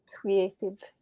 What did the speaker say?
creative